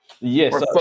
Yes